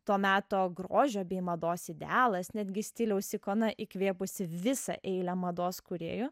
to meto grožio bei mados idealas netgi stiliaus ikona įkvėpusi visą eilę mados kūrėjų